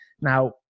Now